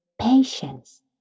patience